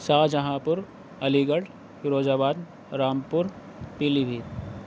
شاہ جہاں پور Aligarh Firozabad Rampur پیلی بھیت